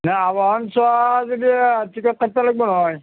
নাই আবাহন চোৱা যদি টিকট কাটিব লাগিব নহয়